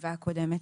בישיבה הקודמת.